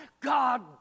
God